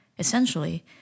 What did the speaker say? essentially